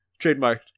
trademarked